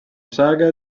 saga